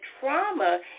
trauma